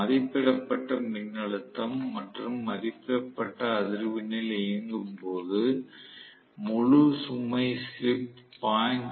மதிப்பிடப்பட்ட மின்னழுத்தம் மற்றும் மதிப்பிடப்பட்ட அதிர்வெண்ணில் இயங்கும்போது முழு சுமை ஸ்லிப் 0